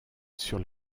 sur